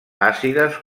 àcides